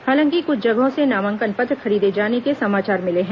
हालांकि कुछ जगहों से नामांकन पत्र खरीदे जाने के समाचार मिले हैं